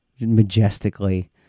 majestically